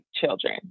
children